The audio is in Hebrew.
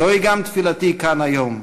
זוהי גם תפילתי כאן היום,